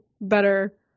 better